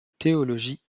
théologie